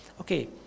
Okay